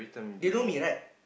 they know me right